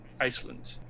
Iceland